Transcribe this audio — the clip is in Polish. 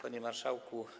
Panie Marszałku!